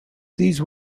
these